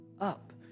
up